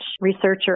researcher